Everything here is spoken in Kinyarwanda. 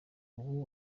ubu